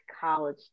college